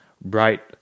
bright